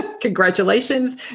congratulations